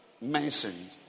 mentioned